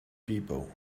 people